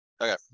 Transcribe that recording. Okay